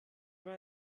war